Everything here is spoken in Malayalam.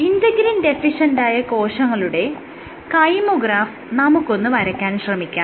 ഇന്റെഗ്രിൻ ഡെഫിഷ്യന്റായ കോശങ്ങളുടെ കൈമോഗ്രാഫ് നമുക്കൊന്ന് വരയ്ക്കാൻ ശ്രമിക്കാം